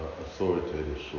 authoritative